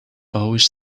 always